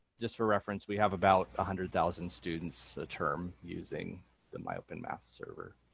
just for reference we have about a hundred thousand students a term using the myopenmath server.